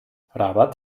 rabat